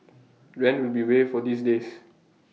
rent will be waived for these days